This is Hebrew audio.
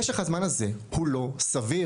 משך הזמן הזה הוא לא סביר,